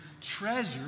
treasure